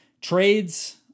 trades